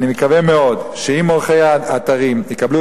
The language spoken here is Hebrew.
אני מקווה מאוד שאם עורכי האתרים יקבלו